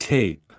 Tape